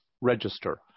register